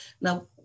Now